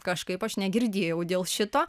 kažkaip aš negirdėjau dėl šito